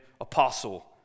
Apostle